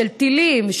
של טילים,